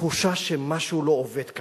תחושה שמשהו לא עובד כאן,